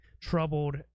troubled